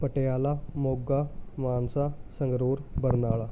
Patiala Moga Mansa Sangrur Barnala